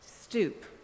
stoop